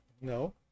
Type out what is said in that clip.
No